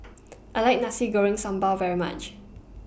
I like Nasi Goreng Sambal very much